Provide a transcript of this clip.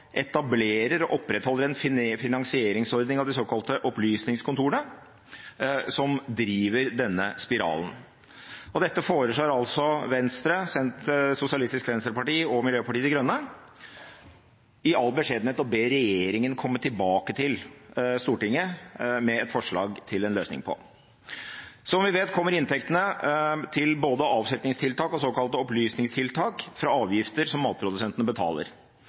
etablerer og opprettholder en finansieringsordning av de såkalte opplysningskontorene, som driver denne spiralen. Dette foreslår Venstre, SV og Miljøpartiet De Grønne i all beskjedenhet å be regjeringen komme tilbake til Stortinget med et forslag til en løsning på. Som vi vet, kommer inntektene til både avsetningstiltak og såkalte opplysningstiltak fra avgifter som matprodusentene betaler.